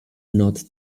not